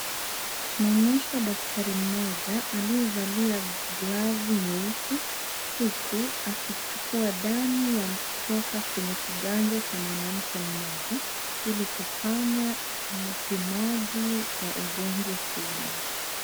Tunaonyeshwa daktari mmoja aliyevalia glavu nyeupe uku akichukua damu ya kutoka kwenye kiganja cha mwanamke mmoja ili kufanya upimaji wa ugonjwa fulani.